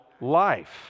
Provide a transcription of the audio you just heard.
life